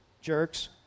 jerks